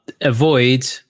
avoid